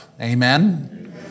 Amen